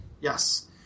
Yes